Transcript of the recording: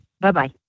Bye-bye